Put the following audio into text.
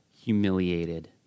humiliated